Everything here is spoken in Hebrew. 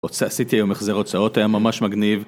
עשיתי היום החזר הוצאות היה ממש מגניב